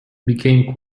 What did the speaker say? became